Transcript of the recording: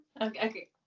Okay